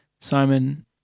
Simon